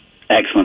excellent